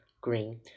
green